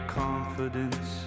confidence